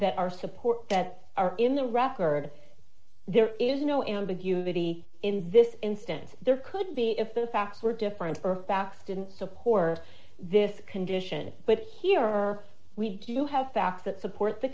that are support that are in the raf word there is no ambiguity in this instance there could be if the facts were different for facts didn't support this condition but here are we do have facts that support the